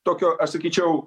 tokio aš sakyčiau